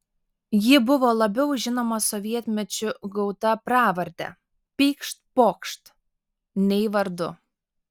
ji buvo labiau žinoma sovietmečiu gauta pravarde pykšt pokšt nei vardu